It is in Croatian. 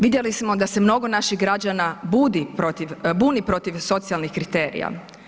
Vidjeli smo da se mnogo naših građana budi, buni protiv socijalnih kriterija.